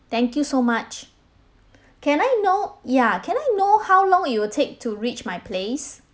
thank you so much can I know ya can I know how long it will take to reach my place